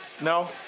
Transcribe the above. No